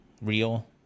real